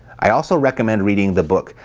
i also recommend reading the book,